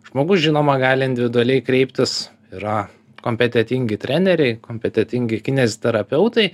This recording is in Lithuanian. žmogus žinoma gali individualiai kreiptis yra kompetentingi treneriai kompetentingi kineziterapeutai